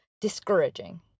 discouraging